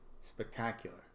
spectacular